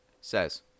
says